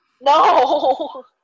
No